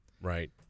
Right